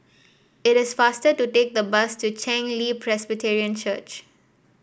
it is faster to take the bus to Chen Li Presbyterian Church